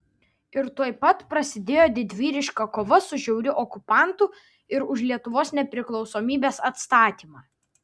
ir tuoj pat prasidėjo didvyriška kova su žiauriu okupantu ir už lietuvos nepriklausomybės atstatymą